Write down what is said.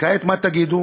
וכעת מה תגידו,